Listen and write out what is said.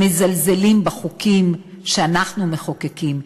מזלזלים בחוקים שאנחנו מחוקקים,